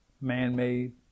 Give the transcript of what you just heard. man-made